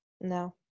No